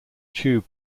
tube